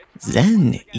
zen